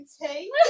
tea